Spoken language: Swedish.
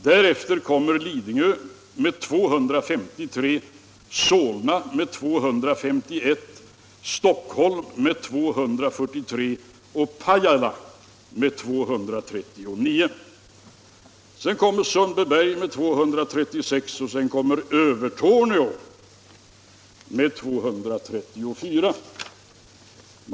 Därnäst kommer Lidingö med 253, Solna med 251, Stockholm med 243 och Pajala med 239 kr. Sedan kommer Sundbyberg med 236 och därefter Övertorneå med 234 kr.